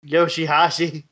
Yoshihashi